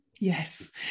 Yes